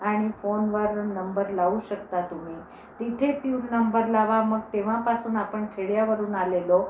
आणि फोनवर नंबर लावू शकता तुम्ही तिथेच येऊन नंबर लावा मग तेव्हापासून आपण खेड्यावरून आलेलो